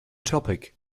topic